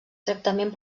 tractament